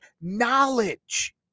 knowledge